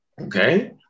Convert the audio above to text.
okay